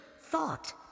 thought